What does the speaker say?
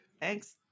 Thanks